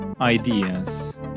ideas